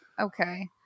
Okay